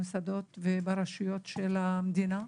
במוסדות וברשויות המדינה,